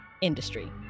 industry